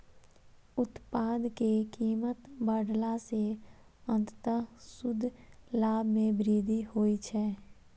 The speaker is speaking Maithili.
उत्पाद के कीमत बढ़ेला सं अंततः शुद्ध लाभ मे वृद्धि होइ छै